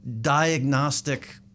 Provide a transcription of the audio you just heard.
diagnostic